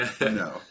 No